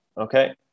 okay